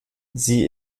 sie